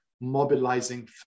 mobilizing